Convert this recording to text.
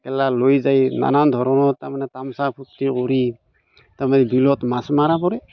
এইগিলা লৈ যায় নানা ধৰণৰ তাৰমানে তামাচা ফূৰ্তি কৰি তাৰমানে বিলত মাছ মাৰা কৰে